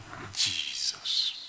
Jesus